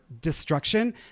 destruction